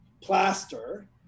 plaster